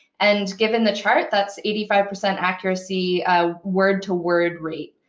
and given the chart, that's eighty five percent accuracy ah word-to-word rate.